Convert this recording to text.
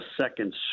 second